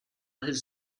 his